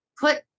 put